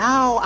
Now